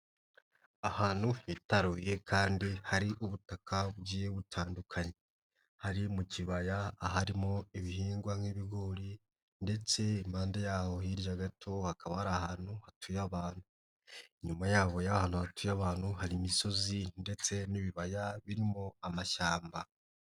Ahantu hitaruye kandi hari ubutaka bugiye butandukanye, hari mu kibaya aharimo ibihingwa nk'ibigori ndetse impande yaho hirya gato hakaba ari ahantu hatuye abantu, inyuma yaho hatuye abantu, hari imisozi ndetse n'ibibaya birimo amashyamba.